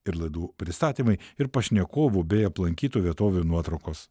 ir laidų pristatymai ir pašnekovų bei aplankytų vietovių nuotraukos